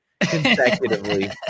consecutively